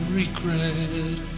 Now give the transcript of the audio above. regret